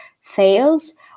fails